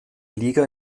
liga